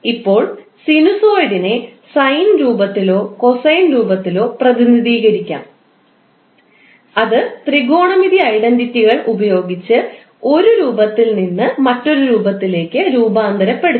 ഇപ്പോൾ സിനുസോയിഡിനെ സൈൻ രൂപത്തിലോ കോസൈൻ രൂപത്തിലോ പ്രതിനിധീകരിക്കാം അത് ത്രികോണമിതി ഐഡന്റിറ്റികൾ ഉപയോഗിച്ച് ഒരു രൂപത്തിൽ നിന്ന് മറ്റൊരു രൂപത്തിലേക്ക് രൂപാന്തരപ്പെടുത്താം